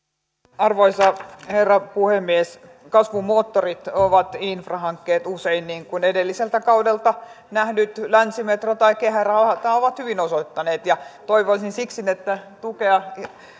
arvoisa herra puhemies kasvun moottoreita ovat infrahankkeet usein niin kuin edellisellä kaudelta nähdyt länsimetro tai kehärata ovat hyvin osoittaneet ja toivoisin siksi tukea